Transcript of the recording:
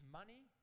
money